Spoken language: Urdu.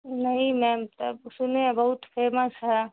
نہیں میم تب سنے ہیں بہت فیمس ہے